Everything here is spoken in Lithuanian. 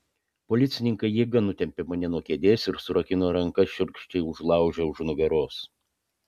policininkai jėga nutempė mane nuo kėdės ir surakino rankas šiurkščiai užlaužę už nugaros